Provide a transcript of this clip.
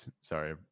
sorry